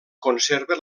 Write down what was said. conserva